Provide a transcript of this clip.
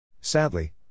Sadly